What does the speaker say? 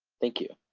thank you.